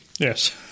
Yes